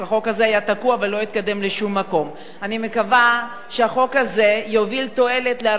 אני מקווה שהחוק הזה יביא תועלת להרבה זוגות צעירים שיוכלו להינשא,